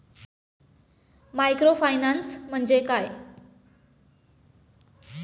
Microfinance म्हणजे काय?